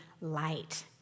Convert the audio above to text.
light